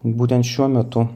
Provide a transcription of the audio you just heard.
būtent šiuo metu